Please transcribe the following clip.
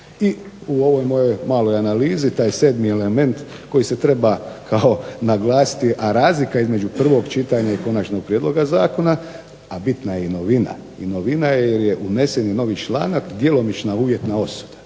I u ovoj mojoj maloj analizi taj sedmi element koji se treba kao naglasiti, a razlika između prvog čitanja i konačnog prijedloga zakona, a bitna je i novina, i novina je jer je unesen novi članak djelomična uvjetna osuda.